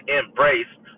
embraced